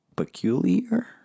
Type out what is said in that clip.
Peculiar